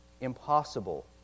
impossible